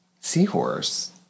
seahorse